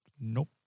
Nope